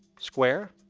square?